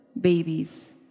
babies